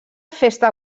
festa